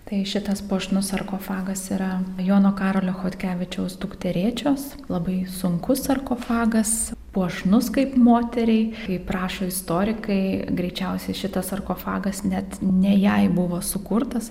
tai šitas puošnus sarkofagas yra jono karolio chodkevičiaus dukterėčios labai sunkus sarkofagas puošnus kaip moteriai kaip rašo istorikai greičiausiai šitas sarkofagas net ne jai buvo sukurtas